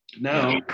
now